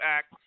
Act